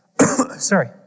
sorry